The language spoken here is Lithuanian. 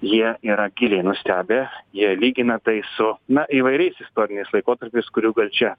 jie yra giliai nustebę jie lygina taiso na įvairiais istoriniais laikotarpiais kurių gal čia